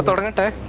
but and